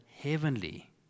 heavenly